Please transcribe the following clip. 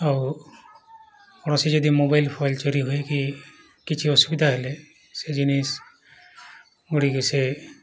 ଆଉ କୌଣସି ଯଦି ମୋବାଇଲ ଫୋବାଇଲ ଚୋରି ହୁଏ କି କିଛି ଅସୁବିଧା ହେଲେ ସେ ଜିନିଷ ଗୁଡ଼ିକ ସେ